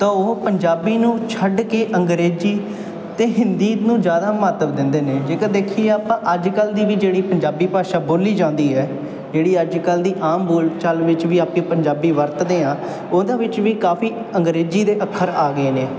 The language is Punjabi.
ਤਾਂ ਉਹ ਪੰਜਾਬੀ ਨੂੰ ਛੱਡ ਕੇ ਅੰਗਰੇਜ਼ੀ ਅਤੇ ਹਿੰਦੀ ਨੂੰ ਜ਼ਿਆਦਾ ਮਹੱਤਵ ਦਿੰਦੇ ਨੇ ਜੇਕਰ ਦੇਖੀਏ ਆਪਾਂ ਅੱਜ ਕੱਲ੍ਹ ਦੀ ਵੀ ਜਿਹੜੀ ਪੰਜਾਬੀ ਭਾਸ਼ਾ ਬੋਲੀ ਜਾਂਦੀ ਹੈ ਜਿਹੜੀ ਅੱਜ ਕੱਲ੍ਹ ਦੀ ਆਮ ਬੋਲਚਾਲ ਵਿੱਚ ਵੀ ਆਪਣੀ ਪੰਜਾਬੀ ਵਰਤਦੇ ਹਾਂ ਉਹਦਾ ਵਿੱਚ ਵੀ ਕਾਫੀ ਅੰਗਰੇਜ਼ੀ ਦੇ ਅੱਖਰ ਆ ਗਏ ਨੇ